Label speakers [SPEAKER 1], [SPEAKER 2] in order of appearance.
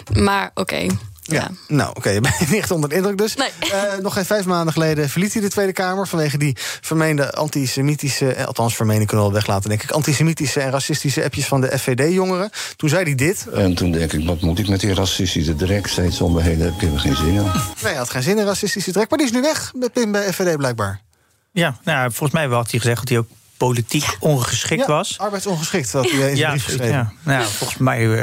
[SPEAKER 1] Maar, oké.
[SPEAKER 2] Ja.
[SPEAKER 1] Ja.
[SPEAKER 2] Nou, oké, je bent niet echt onder de indruk dus.
[SPEAKER 1] Nee.
[SPEAKER 2] Eh, nog geen vijf maanden geleden verliet hij de Tweede Kamer vanwege die vermeende antisemitische- eh, althans vermeende kunnen we wel weglaten, denk ik, antisemitische en racistische appjes van de FVD jongeren. Toen zei hij dit.
[SPEAKER 3] En toen denk ik, wat moet ik met die racistische drek? Steeds om de hele, ik heb er geen zin in.
[SPEAKER 2] Nee, hij had geen zin in racistische drek, maar die is nu weg met- bij- bij FVD blijkbaar.
[SPEAKER 4] Ja, nou, volgens mij had hij gezegd dat hij ook politiek ongeschikt
[SPEAKER 2] Ja,
[SPEAKER 4] was.
[SPEAKER 2] arbeidsongeschikt, had hij, eh, in de
[SPEAKER 4] Ja,
[SPEAKER 2] brief
[SPEAKER 4] zoiets,
[SPEAKER 2] geschreven.
[SPEAKER 4] ja. Nou ja, volgens mij, eh,